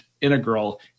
integral